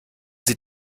sie